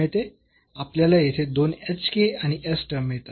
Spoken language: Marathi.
आपल्याला येथे दोन hk आणि s टर्म मिळतात